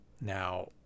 Now